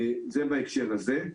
זה בהקשר הזה.